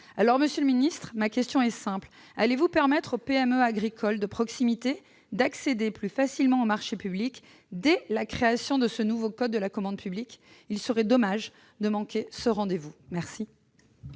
Monsieur le secrétaire d'État, allez-vous permettre aux PME agricoles de proximité d'accéder plus facilement aux marchés publics, dès la création de ce nouveau code de la commande publique ? Il serait dommage de manquer ce rendez-vous !